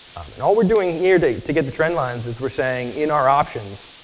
and all we're doing here to to get the trend lines is we're saying, in our options,